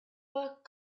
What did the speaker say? work